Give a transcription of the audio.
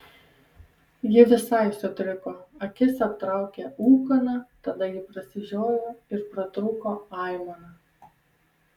ji visai sutriko akis aptraukė ūkana tada ji prasižiojo ir pratrūko aimana